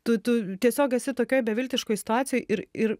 tu tu tiesiog esi tokioj beviltiškoj situacijoj ir ir